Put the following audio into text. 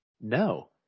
no